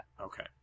Okay